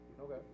Okay